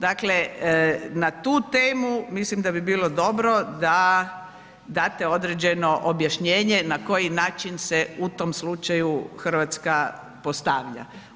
Dakle, na tu temu mislim da bi bilo dobro da date određeno objašnjenje na koji način se u tom slučaju Hrvatska postavlja.